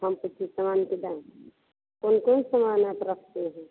हमको कुछ समान के दाम कौन कौन सामान आप रखते हैं